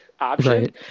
option